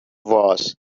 was